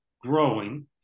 growing